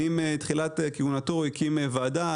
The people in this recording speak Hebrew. עם תחילת כהונתו הוא הקים ועדה,